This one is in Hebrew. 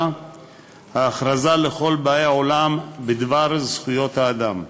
ההכרזה לכל באי עולם בדבר זכויות האדם.